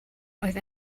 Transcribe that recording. oedd